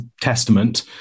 Testament